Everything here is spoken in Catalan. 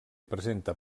presenta